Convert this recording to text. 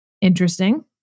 Interesting